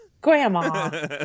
grandma